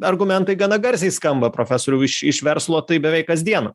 argumentai gana garsiai skamba profesoriau iš iš verslo tai beveik kasdien